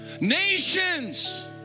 nations